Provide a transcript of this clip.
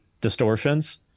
distortions